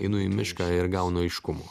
einu į mišką ir gaunu aiškumo